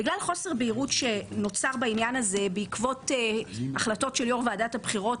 בגלל חוסר בהירות שנוצר בעקבות החלטות של יו"ר ועדת הבחירות